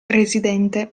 residente